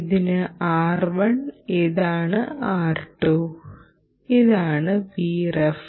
ഇത് R1 ഇതാണ് R2 ഇതാണ് Vref